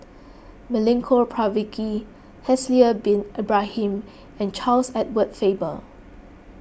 Milenko Prvacki Haslir Bin Ibrahim and Charles Edward Faber